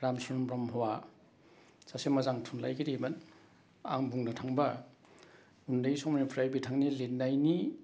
रामसिं ब्रह्मआ सासे मोजां थुनलाइगिरिमोन आं बुंनो थांबा उन्दै समनिफ्राय बिथांनि लिदनायनि